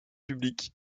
public